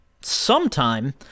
sometime